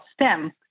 STEM